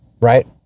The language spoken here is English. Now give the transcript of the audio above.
Right